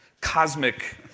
cosmic